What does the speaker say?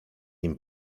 nim